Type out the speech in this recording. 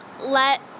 let